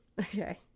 okay